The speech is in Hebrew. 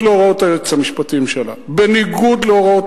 בניגוד להוראות